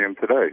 today